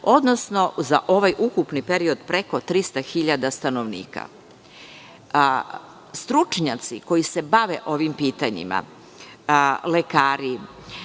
odnosno za ukupni period preko 300 hiljada stanovnika. Stručnjaci koji se bave ovim pitanjima, lekari,